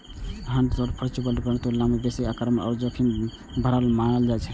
hedge fund mutual फंडक तुलना मे बेसी आक्रामक आ जोखिम भरल मानल जाइ छै